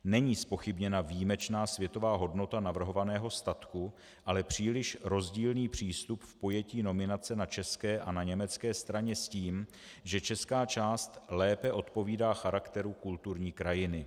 Není zpochybněna výjimečná světová hodnota navrhovaného statku, ale příliš rozdílný přístup v pojetí nominace na české a na německé straně s tím, že česká část lépe odpovídá charakteru kulturní krajiny.